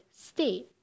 stay